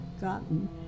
gotten